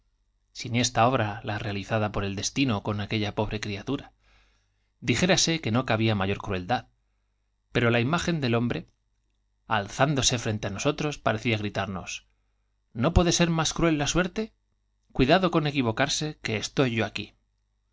soeces siniestra obra la realizada por el destino con aquella pobre criatura dijérase que no cabía mayor crueldad pero la imagen del hombre alzándose frente á nosotros parecía gritamos n o puede ser más cruel la suerte j cuidado con equivocarse que estoy yo aquí